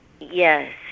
Yes